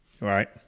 right